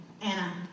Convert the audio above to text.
Anna